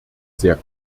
sehr